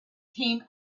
came